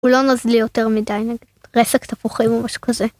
הוא לא נוזלי יותר מדי, נגיד, רסק תפוחים או משהו כזה.